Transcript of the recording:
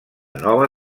nova